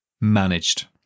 managed